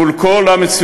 מול כל המציאויות,